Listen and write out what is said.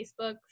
Facebook